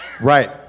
right